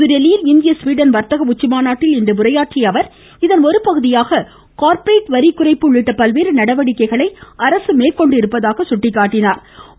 புதுதில்லியில் இந்திய ஸ்வீடன் வர்த்தக உச்சிமாநாட்டில் இன்று உரையாற்றிய அவர் இதன் ஒருபகுதியாக காா்ப்பரேட் வரி குறைப்பு உள்ளிட்ட பல்வேறு நடவடிக்கைகளை அரசு மேற்கொண்டிருப்பதாக எடுத்துரைத்தாா்